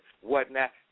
whatnot